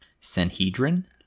Sanhedrin